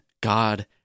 God